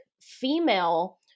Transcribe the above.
female